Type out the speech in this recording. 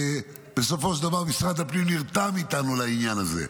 ובסופו של דבר משרד הפנים נרתם איתנו לעניין הזה.